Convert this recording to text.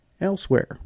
Elsewhere